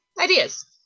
ideas